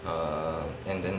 err and then